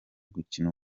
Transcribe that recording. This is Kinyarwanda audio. gukina